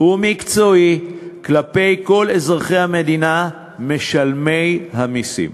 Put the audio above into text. ומקצועי כלפי כל אזרחי המדינה משלמי המסים.